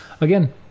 again